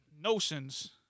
notions